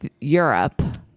Europe